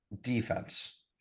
defense